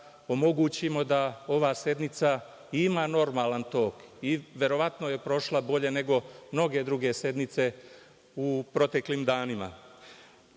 omogućimo da ova sednica ima normalan tok i verovatno je prošla bolje nego mnoge druge sednice u proteklim